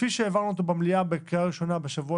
כפי שהעברנו אותו במליאה בקריאה ראשונה בשבוע